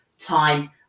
time